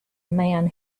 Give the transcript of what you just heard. man